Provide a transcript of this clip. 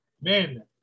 men